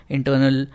Internal